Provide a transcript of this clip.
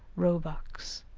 roebucks,